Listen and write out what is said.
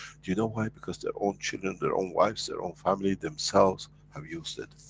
do you know why? because, their own children their own wives, their own family, themselves have used it,